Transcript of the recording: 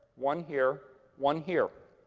one here, one here.